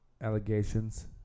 allegations